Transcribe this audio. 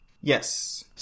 Yes